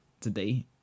today